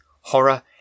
horror